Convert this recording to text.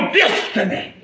destiny